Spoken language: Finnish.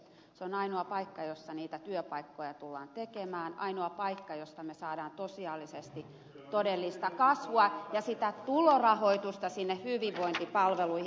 se on ainoa paikka jossa niitä työpaikkoja tullaan tekemään ainoa paikka josta me saamme todellista kasvua ja sitä tulorahoitusta sinne hyvinvointipalveluihin